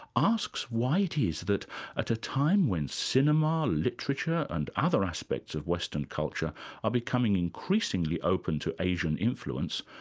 asks why it is that at a time when cinema, literature and other aspects of western culture are becoming increasingly open to asian influence,